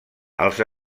als